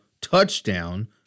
touchdown